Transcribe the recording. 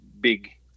big